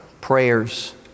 prayers